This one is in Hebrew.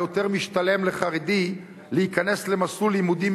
שבה יותר משתלם לחרדי להיכנס למסלול לימודים